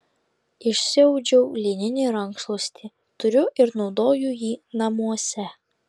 išsiaudžiau lininį rankšluostį turiu ir naudoju jį namuose